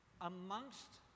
amongst